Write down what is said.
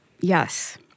Yes